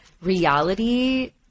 reality